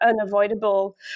unavoidable